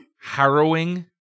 harrowing